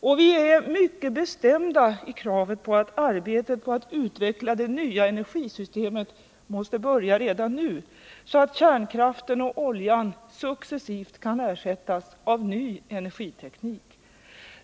Och vi är mycket bestämda på att arbetet på att utveckla det nya energisystemet måste börja redan nu, så att kärnkraften och oljan successivt kan ersättas av ny energiteknik.